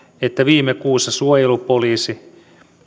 että viime kuussa suojelupoliisi